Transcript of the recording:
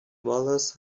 wallace